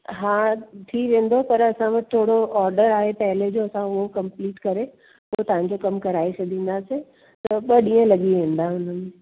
हा थी वेंदो पर असां वटि थोरो ऑडर आहे पहले जो असां उहो कम्पलीट करे पोइ तव्हांजो कमु कराए छॾींदासीं त ॿ ॾींहं लॻी वेंदा हुन में